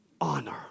honor